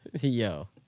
Yo